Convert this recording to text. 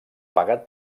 pagar